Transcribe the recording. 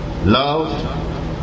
love